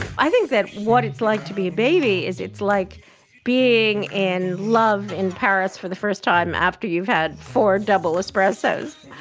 i think that what it's like to be a baby is it's like being in and love in paris for the first time after you've had four double espressos,